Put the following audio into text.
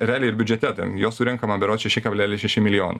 realiai ir biudžete ten jo surenkama berods šeši kablelis šeši milijono